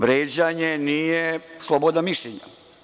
Vređanje nije sloboda mišljenja.